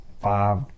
five